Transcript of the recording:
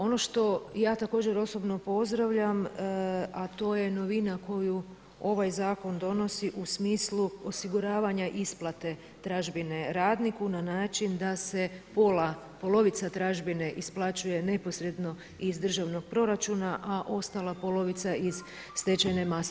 Ono što ja također osobno pozdravljam a to je novina koju ovaj zakon donosi u smislu osiguravanja isplate tražbine radniku na način da se pola, polovica tražbine isplaćuje neposredno iz državnog proračuna a ostala polovica iz stečajne mase.